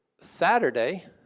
Saturday